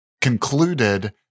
concluded